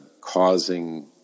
causing